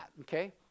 okay